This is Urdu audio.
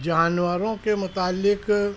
جانوروں کے متعلق